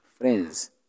friends